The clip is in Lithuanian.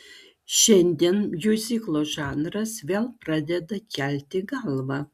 šiandien miuziklo žanras vėl pradeda kelti galvą